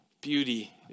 Beauty